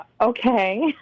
Okay